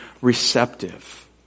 receptive